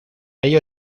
ello